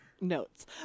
notes